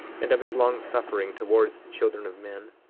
and of his long-suffering towards the children of men?